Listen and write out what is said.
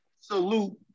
salute